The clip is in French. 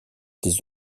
des